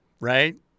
right